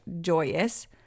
joyous